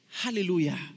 Hallelujah